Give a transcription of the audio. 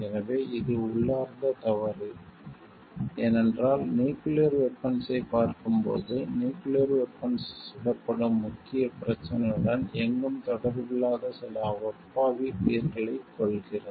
எனவே இது உள்ளார்ந்த தவறு ஏனென்றால் நியூக்கிளியர் வெபன்ஸ்ஸைப் பார்க்கும்போது நியூக்கிளியர் வெபன்ஸ் சுடப்படும் முக்கிய பிரச்சினையுடன் எங்கும் தொடர்பில்லாத சில அப்பாவி உயிர்களைக் கொல்கிறது